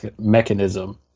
mechanism